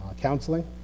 counseling